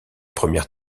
premières